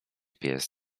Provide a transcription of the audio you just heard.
pies